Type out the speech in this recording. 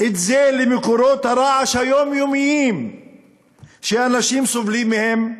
את זה למקורות הרעש היומיומיים שאנשים סובלים מהם,